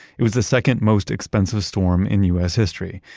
it was the second most expensive storm in u s. history.